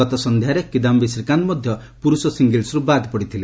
ଗତ ସନ୍ଧ୍ୟାରେ କିଦାୟୀ ଶ୍ରୀକାନ୍ତ ମଧ୍ୟ ପୁରୁଷ ସିଙ୍ଗଲସ୍ରୁ ବାଦ୍ ପଡ଼ିଥିଲେ